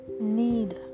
need